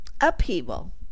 upheaval